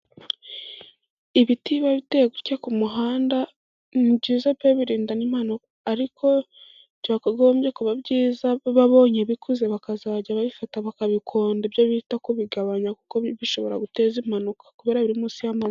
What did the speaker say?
Ibiti biba biteye gutya ku muhanda, ni byiza pe! birinda n' impanuka. Ariko byakagombye kuba byiza babonye bikuze bakazajya babifata bakabikonda, ibyo bita kubigabanya ,kuko bishobora guteza impanuka kubera biri munsi y'amazi.